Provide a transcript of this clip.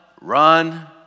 run